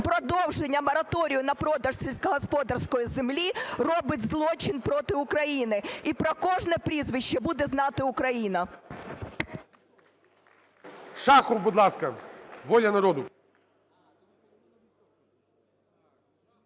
продовження мораторію на продаж сільськогосподарської землі, робить злочин проти України. І про кожне прізвище буде знати Україна. ГОЛОВУЮЧИЙ. Шахов, будь ласка, "Воля народу".